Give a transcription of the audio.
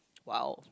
!wow!